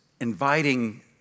inviting